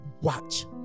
watch